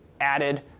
added